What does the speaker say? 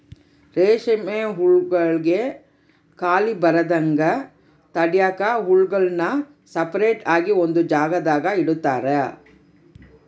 ರೇಷ್ಮೆ ಹುಳುಗುಳ್ಗೆ ಖಾಲಿ ಬರದಂಗ ತಡ್ಯಾಕ ಹುಳುಗುಳ್ನ ಸಪರೇಟ್ ಆಗಿ ಒಂದು ಜಾಗದಾಗ ಇಡುತಾರ